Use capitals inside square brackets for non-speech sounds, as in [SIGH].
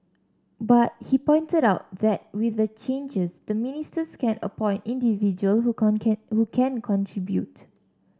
but he pointed out that with the changes the ministers can appoint individual who [UNINTELLIGIBLE] can who can contribute